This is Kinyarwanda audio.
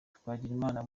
twagirimana